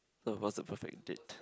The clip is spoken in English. some of us the perfect date